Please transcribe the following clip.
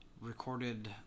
recorded